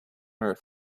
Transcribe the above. earth